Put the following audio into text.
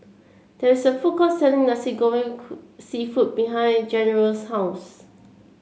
there's a food court selling Nasi Goreng seafood behind General's house